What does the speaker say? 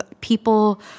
people